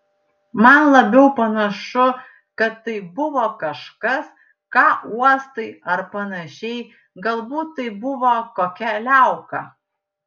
man labiau panašu kad tai buvo kažkas ką uostai ar panašiai galbūt tai buvo kokia liauka